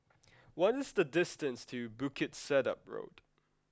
what is the distance to Bukit Sedap Road